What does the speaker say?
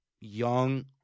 young